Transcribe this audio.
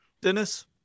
Dennis